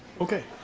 okay.